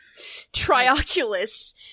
Trioculus